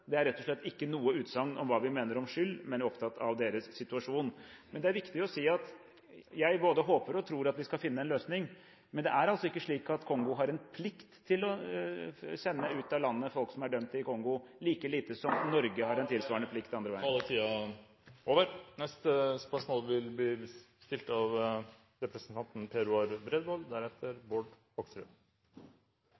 Det er rett og slett ikke noe utsagn om hva vi mener om skyld, men jeg er opptatt av deres situasjon. Det er viktig å si at jeg både håper og tror at vi skal finne en løsning. Men det er altså ikke slik at Kongo har en plikt til å sende folk som er dømt i Kongo, ut av landet – like lite som Norge har en tilsvarende plikt den andre veien. Stortinget går nå til spørsmål